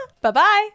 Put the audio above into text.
Bye-bye